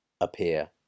appear